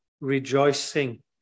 rejoicing